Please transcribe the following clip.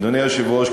אדוני היושב-ראש,